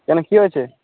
কেন কী হয়েছে